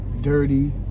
dirty